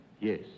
Yes